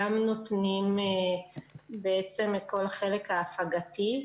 גם נותנים את כל החלק ההפגתי.